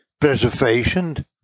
Preservation